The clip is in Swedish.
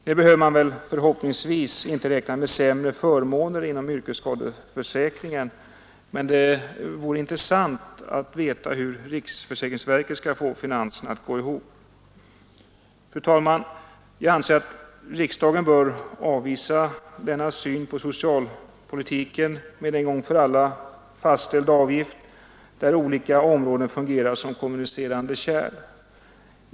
Nu behöver man förhoppningsvis inte räkna med sämre förmåner inom yrkesskadeförsäkringen, men det vore intressant att veta, hur riksförsäkringsverket skall få finanserna att gå ihop. Fru talman! Jag anser att riksdagen bör avvisa denna syn på socialpolitiken med en gång för alla fastställda avgifter och med olika områden som fungerar som kommunicerande kärl.